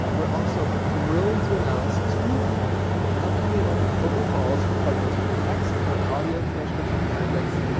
um we are also thrilled to announce two upcoming open open calls for partners with text or audio transcription projects,